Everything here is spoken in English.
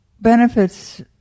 benefits